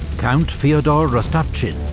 count fyodor rostopchin,